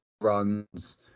runs